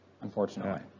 unfortunately